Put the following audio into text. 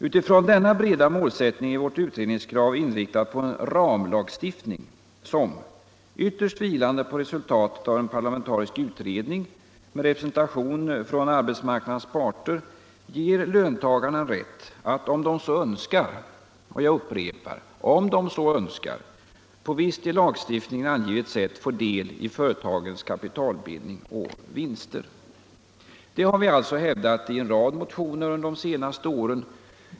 Utifrån denna breda målsättning är vårt utredningskrav inriktat på en ramlagstiftning, som ytterst vilande på resultatet av en parlamentarisk utredning med representation från arbetsmarknadens parter ger löntagarna en rätt att om de så önskar — jag upprepar: om de så önskar — på visst i lagstiftningen angivet sätt få del i företagens kapitalbildning och vinster.” Det har vi alltså hävdat i en rad motioner under de senaste åren.